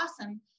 awesome